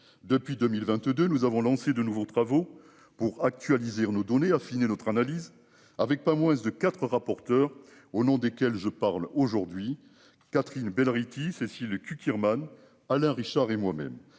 depuis 2022 nous avons lancé de nouveaux travaux pour actualiser on nous donner affiner notre analyse avec pas moins de 4 rapporteur au nom desquels je parle aujourd'hui Catherine Bell Rithy Cécile Cukierman Alain Richard et moi-même